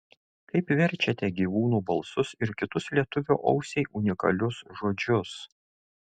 kaip verčiate gyvūnų balsus ir kitus lietuvio ausiai unikalius žodžius